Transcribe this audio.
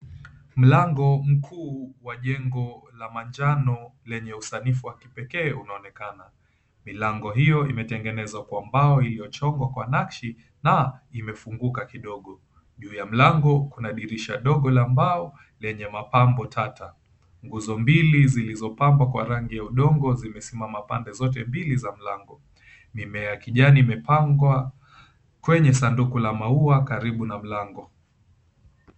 Mlango mkuu wa jengo la manjano lenye usanifu wa kipekee unaonekana. Milango hiyo imetengenezwa kwa mbao iliyochongwa kwa nakshi na imefunguka kidogo. Juu ya mlango kuna dirisha dogo la mbao lenye mapambo tata. Nguzo mbili zilizopambwa kwa rangi ya udongo zimesimama pande zote mbili za mlango, na mimea ya kijani imepangwa kwenye sanduku la maua karibu na mlango.